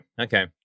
okay